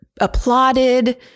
applauded